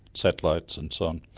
satellites and so on,